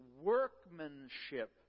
workmanship